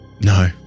No